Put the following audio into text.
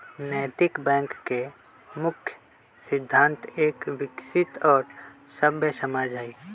नैतिक बैंक के मुख्य सिद्धान्त एक विकसित और सभ्य समाज हई